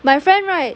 my friend right